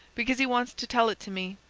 because he wants to tell it to me.